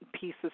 pieces